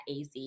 AZ